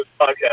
Okay